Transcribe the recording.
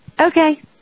Okay